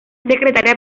secretaria